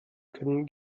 können